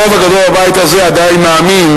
הרוב הגדול בבית הזה עדיין מאמין